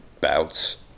bouts